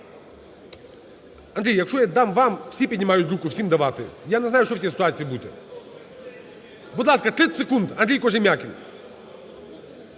Андрій, якщо я дам вам, всі піднімають руку, всім давати. Яне знаю, як у цій ситуації бути. Будь ласка, 30 секунд, Андрій Кожем'якін.